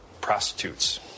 Prostitutes